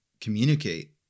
communicate